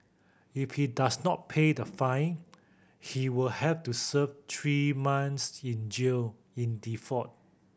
if he does not pay the fine he will have to serve three months in jail in default